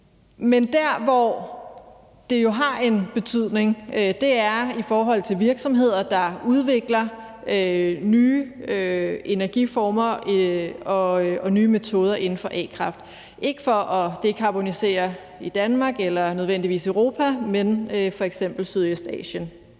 Men der, hvor det jo har en betydning, er i forhold til virksomheder, der udvikler nye energiformer og nye metoder inden for a-kraft. Det er ikke for at decabonisere i Danmark eller nødvendigvis Europa, men f.eks. Sydøstasien.